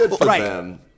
Right